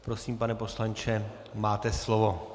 Prosím, pane poslanče, máte slovo.